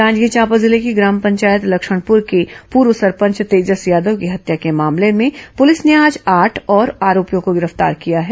जांजगीर चांपा जिले की ग्राम पंचायत लक्षनपुर के पूर्व सरपंच तेजस यादव की हत्या के मामले में पुलिस ने आज आठ और आरोपियों को गिरफ्तार किया है